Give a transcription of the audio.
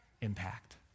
impact